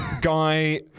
Guy